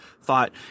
thought